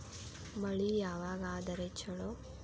ಮಳಿ ಯಾವಾಗ ಆದರೆ ಛಲೋ?